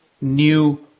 new